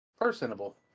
personable